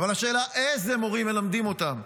אבל השאלה היא איזה מורים מלמדים אותם.